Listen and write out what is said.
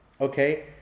okay